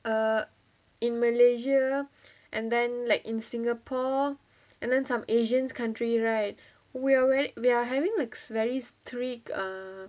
err in malaysia and then like in singapore and then some asians country right we ar~ we are having very strict uh